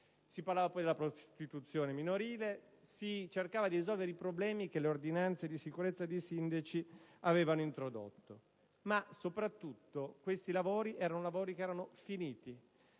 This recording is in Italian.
Si parlava poi della prostituzione minorile e si cercava di risolvere i problemi che le ordinanze di sicurezza dei sindaci avevano introdotto. Ma segnalo soprattutto che i lavori erano terminati: